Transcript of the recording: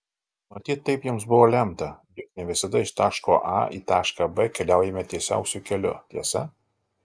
matyt taip jiems buvo lemta juk ne visada iš taško a į tašką b keliaujame tiesiausiu keliu tiesa